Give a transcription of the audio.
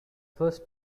first